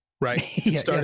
Right